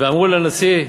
ואמרו לנשיא: